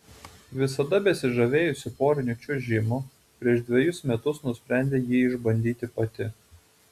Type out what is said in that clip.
visada besižavėjusi poriniu čiuožimu prieš dvejus metus nusprendė jį išbandyti pati